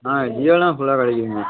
ஆ ஜியோலாம் ஃபுல்லாக கிடைக்குதுங்க